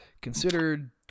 Considered